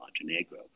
Montenegro